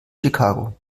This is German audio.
chicago